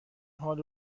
حال